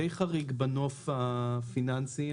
די חריג בנוף הפיננסי.